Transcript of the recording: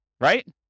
right